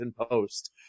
Post